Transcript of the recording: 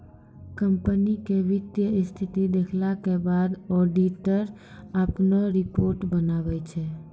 company के वित्तीय स्थिति देखला के बाद ऑडिटर अपनो रिपोर्ट बनाबै छै